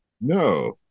no